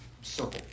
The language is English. circle